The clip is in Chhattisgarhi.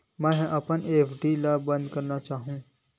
मेंहा अपन एफ.डी ला बंद करना चाहहु